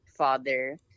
father